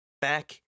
back